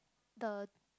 the